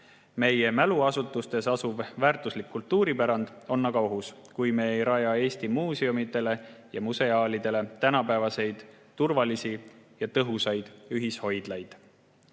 Meie mäluasutustes asuv väärtuslik kultuuripärand on aga ohus, kui me ei raja Eesti muuseumidele ja museaalidele tänapäevaseid turvalisi ja tõhusaid ühishoidlaid.